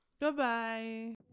Bye-bye